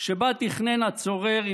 שבה תכנן הצורר,